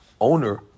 owner